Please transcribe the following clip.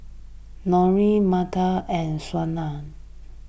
Norene Minda and Shawna